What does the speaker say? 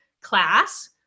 class